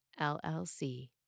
LLC